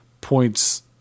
points